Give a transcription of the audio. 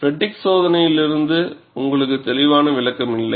ஃப்பெட்டிக் சோதனையிலிருந்து உங்களுக்கு தெளிவான விளக்கம் இல்லை